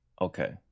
Okay